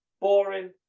Boring